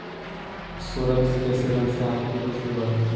सोरल के सेवन से आंखों की रोशनी बढ़अ हई